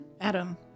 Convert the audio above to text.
Adam